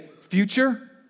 future